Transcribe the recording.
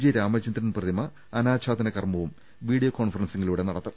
G Ramachandran പ്രതിമ അനാഛാദന കർമവും വീഡിയോ കോൺഫറൻസിലൂടെ നടത്തും